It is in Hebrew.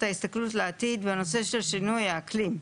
ההסתכלות לעתיד בנושא של שינוי האקלים.